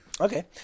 Okay